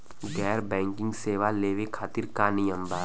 गैर बैंकिंग सेवा लेवे खातिर का नियम बा?